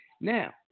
Now